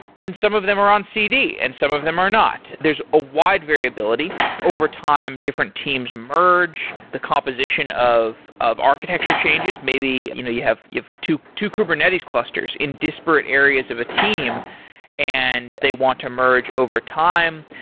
and some of them are on cd and some of them are not. there's a wide variability over time, different teams merge. the composition of of architecture changes. maybe you know you have two two kubernetes clusters in disparate areas of a team and they want to merge over time.